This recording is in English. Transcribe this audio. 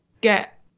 get